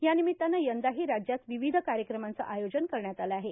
या निमित्तानं यंदाही राज्यात विविध कार्यक्रमांचं आयोजन करण्यात आलं आहे